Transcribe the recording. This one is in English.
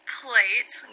plates